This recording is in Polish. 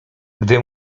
gdy